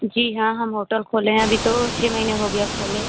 जी हाँ हम होटल खोले हैं अभी तो छः महीने हो गया खोले